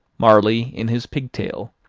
marley in his pigtail,